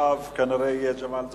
אחריו כנראה יהיה ג'מאל זחאלקה,